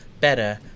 better